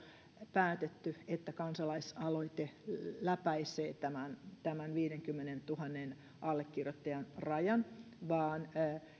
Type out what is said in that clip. päätetty että kansalaisaloite läpäisee tämän tämän viidenkymmenentuhannen allekirjoittajan rajan vaan